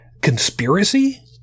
conspiracy